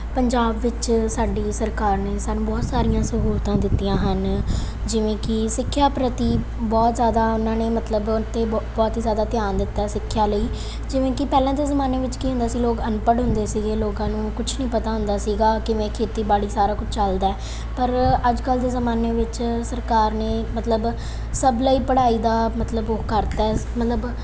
ਪੰਜਾਬ ਵਿੱਚ ਸਾਡੀ ਸਰਕਾਰ ਨੇ ਸਾਨੂੰ ਬਹੁਤ ਸਾਰੀਆਂ ਸਹੂਲਤਾਂ ਦਿੱਤੀਆਂ ਹਨ ਜਿਵੇਂ ਕਿ ਸਿੱਖਿਆ ਪ੍ਰਤੀ ਬਹੁਤ ਜ਼ਿਆਦਾ ਉਹਨਾਂ ਨੇ ਮਤਲਬ ਅਤੇ ਬ ਬਹੁਤ ਹੀ ਜ਼ਿਆਦਾ ਧਿਆਨ ਦਿੱਤਾ ਸਿੱਖਿਆ ਲਈ ਜਿਵੇਂ ਕਿ ਪਹਿਲਾਂ ਦੇ ਜ਼ਮਾਨੇ ਵਿੱਚ ਕੀ ਹੁੰਦਾ ਸੀ ਲੋਕ ਅਨਪੜ੍ਹ ਹੁੰਦੇ ਸੀਗੇ ਲੋਕਾਂ ਨੂੰ ਕੁਛ ਨਹੀਂ ਪਤਾ ਹੁੰਦਾ ਸੀਗਾ ਕਿਵੇ ਖੇਤੀਬਾੜੀ ਸਾਰਾ ਕੁਛ ਚੱਲਦਾ ਪਰ ਅੱਜ ਕੱਲ੍ਹ ਦੇ ਜ਼ਮਾਨੇ ਵਿੱਚ ਸਰਕਾਰ ਨੇ ਮਤਲਬ ਸਭ ਲਈ ਪੜ੍ਹਾਈ ਦਾ ਮਤਲਬ ਉਹ ਕਰਤਾ ਮਤਲਬ